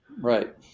Right